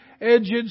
edged